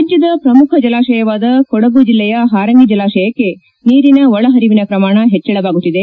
ರಾಜ್ಯದ ಪ್ರಮುಖ ಜಲಾಶಯವಾದ ಕೊಡಗು ಜಿಲ್ಲೆಯ ಹಾರಂಗಿ ಜಲಾಶಯಕ್ಕೆ ನೀರಿನ ಒಳ ಹರಿವಿನ ಪ್ರಮಾಣ ಹೆಚ್ಚಳವಾಗುತ್ತಿದೆ